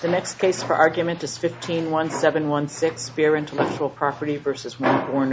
the next case for argument is fifteen one seven one six fear intellectual property versus one